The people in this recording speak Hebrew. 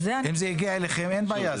אם זה הגיע אליכם אין בעיה.